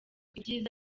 ibyiza